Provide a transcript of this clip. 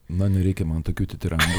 na nereikia man tokių tiražų